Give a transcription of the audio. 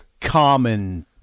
common